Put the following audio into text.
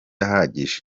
ahagije